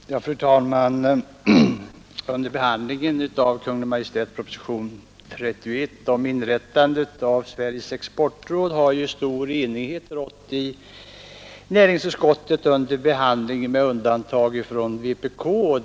Nr 79 Fru talman! Under behandlingen av Kungl. Maj:ts proposition nr 31 Tisdagen den om inrättande av Sveriges exportråd har med undantag för vpk stor 16 maj 1972 enighet rått i näringsutskottet.